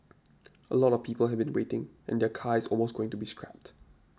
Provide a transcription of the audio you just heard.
a lot of people have been waiting and their car is almost going to be scrapped